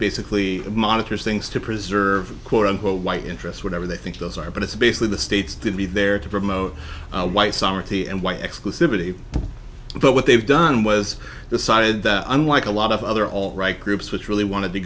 basically monitors things to preserve quote unquote white interests whatever they think those are but it's basically the states to be there to promote white summer tea and white exclusivity but what they've done was decided that unlike a lot of other all right groups which really wanted to